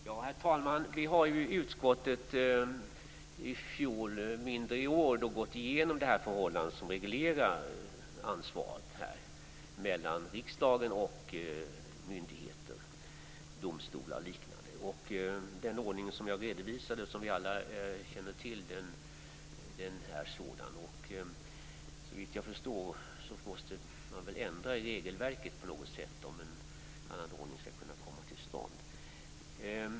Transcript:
Herr talman! Vi har i utskottet i fjol, men mindre i år, gått igenom hur ansvaret i det här sammanhanget är fördelat mellan riksdagen och myndigheter, domstolar och liknande. Jag redovisade tidigare vilken ordning som gäller, och den känner vi ju alla till. Såvitt jag förstår måste man ändra i regelverket om en annan ordning skall kunna komma till stånd.